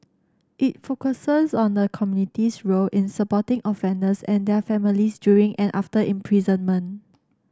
it focuses on the community's role in supporting offenders and their families during and after imprisonment